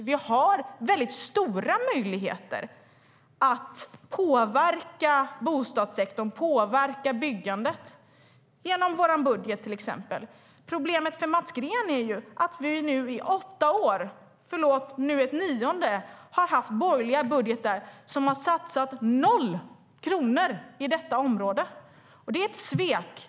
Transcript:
Vi har stora möjligheter att påverka bostadssektorn och byggandet genom vår budget, till exempel. Problemet för Mats Green är att vi i åtta år - förlåt, det är nu ett nionde - har haft borgerliga budgetar där man har satsat noll kronor på detta område. Det är ett svek.